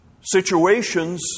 situations